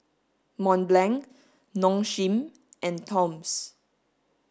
Mont Blanc Nong Shim and Toms